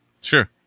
Sure